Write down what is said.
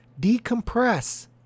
Decompress